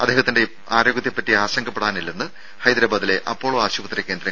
അദ്ദേഹത്തിന്റെ ആരോഗ്യത്തെ പറ്റി ആശങ്കപ്പെടാനില്ലെന്ന് ഹൈദരാബാദിലെ അപ്പോളോ ആശുപത്രി കേന്ദ്രങ്ങൾ അറിയിച്ചു